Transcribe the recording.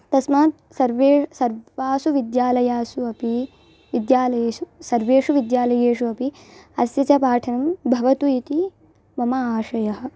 तस्मात् सर्वे सर्वेषु विद्यालयेषु अपि विद्यालयेषु सर्वेषु विद्यालयेषु अपि अस्य च पाठनं भवतु इति मम आशयः